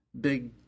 big